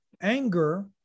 Anger